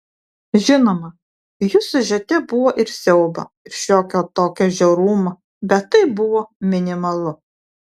žinoma jų siužete buvo ir siaubo ir šiokio tokio žiaurumo bet tai buvo minimalu